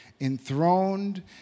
enthroned